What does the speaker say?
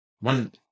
one